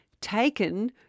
taken